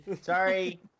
Sorry